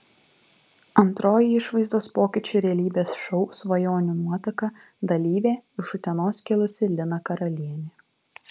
antroji išvaizdos pokyčių realybės šou svajonių nuotaka dalyvė iš utenos kilusi lina karalienė